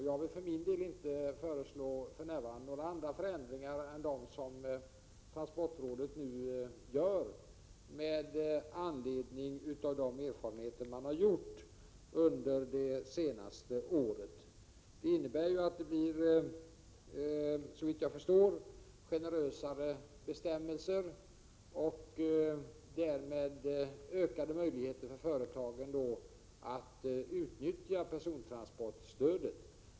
Jag vill för min del för närvarande inte föreslå några andra förändringar än de som transportrådet nu vidtar med anledning av de erfarenheter man har vunnit under det senaste året. Dessa förändringar innebär såvitt jag förstår att bestämmelserna blir generösare och att företagen därmed får ökade möjligheter att utnyttja persontransportstödet.